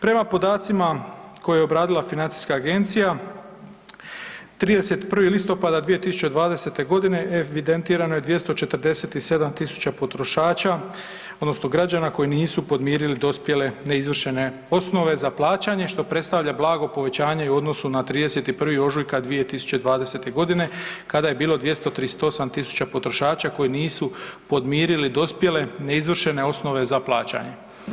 Prema podacima koje je obradila Financijska agencija 31. listopada 2020. evidentirano je 247.000 potrošača odnosno građana koji nisu podmirili dospjele neizvršene osnove za plaćanje što predstavlja blago povećanje i u odnosu na 31. ožujka 2020. godine kada je bilo 238.000 potrošača koji nisu podmirili dospjele neizvršene osnove za plaćanje.